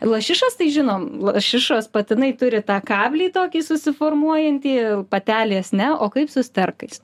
lašišos tai žinom lašišos patinai turi tą kablį tokį susiformuojantį patelės ne o kaip su sterkais